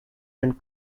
and